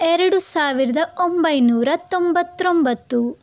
ಎರಡು ಸಾವಿರದ ಒಂಬೈನೂರ ತೊಂಬತ್ತೊಂಬತ್ತು